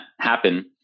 happen